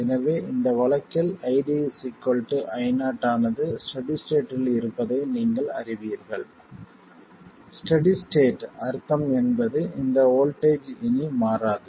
எனவே இந்த வழக்கில் ID Io ஆனது ஸ்டெடி ஸ்டேட்டில் இருப்பதை நீங்கள் அறிவீர்கள் ஸ்டெடி ஸ்டேட் அர்த்தம் என்பது இந்த வோல்ட்டேஜ் இனி மாறாது